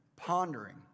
Pondering